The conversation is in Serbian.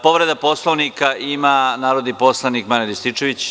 Povreda Poslovnika, narodni poslanik Marijan Rističević.